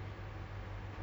I